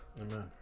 Amen